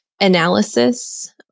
analysis